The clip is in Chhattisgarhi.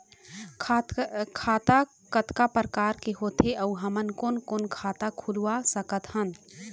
खाता कतका प्रकार के होथे अऊ हमन कोन कोन खाता खुलवा सकत हन?